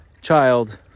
child